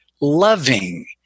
loving